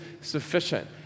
sufficient